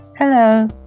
Hello